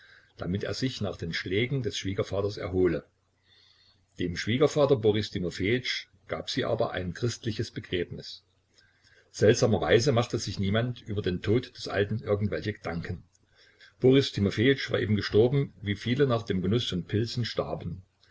damit er sich nach den schlägen des schwiegervaters erhole dem schwiegervater boris timofejitsch gab sie aber ein christliches begräbnis seltsamerweise machte sich niemand über den tod des alten irgendwelche gedanken boris timofejitsch war eben gestorben wie viele nach dem genuß von pilzen starben